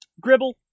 Gribble